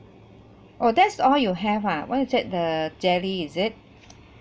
oh that's all you have ah what is that the jelly is it